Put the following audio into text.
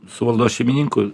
su valdos šeimininku